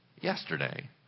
Yesterday